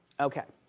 okay,